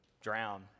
drown